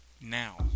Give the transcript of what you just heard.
now